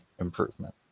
improvement